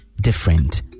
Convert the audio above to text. different